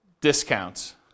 discounts